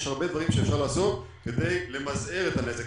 יש הרבה דברים שאפשר לעשות כדי למזער את הנזק,